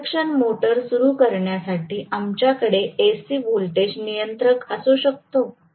induction motor सुरू करण्यासाठी आमच्याकडे AC व्होल्टेज नियंत्रक असू शकतो